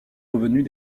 revenus